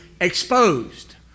exposed